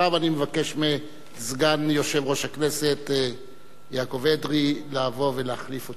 אני מבקש מסגן יושב-ראש הכנסת יעקב אדרי לבוא ולהחליף אותי.